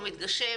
- מתגשם.